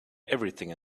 everything